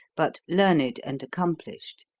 but learned and accomplished.